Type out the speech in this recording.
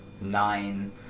nine